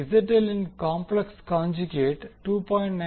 ZL இன் complex conjugate 2